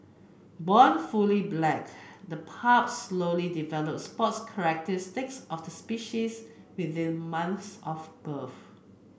born fully black the pups slowly develop spots characteristics of the species within months of birth